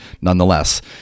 nonetheless